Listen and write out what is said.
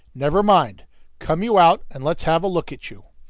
never mind come you out and let's have a look at you.